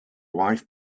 wife